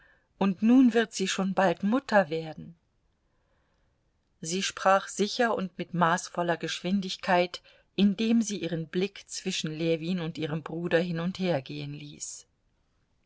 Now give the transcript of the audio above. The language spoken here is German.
und nun wird sie schon bald mutter werden sie sprach sicher und mit maßvoller geschwindigkeit indem sie ihren blick zwischen ljewin und ihrem bruder hin und her gehen ließ